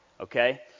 okay